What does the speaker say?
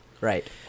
Right